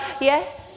Yes